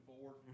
forward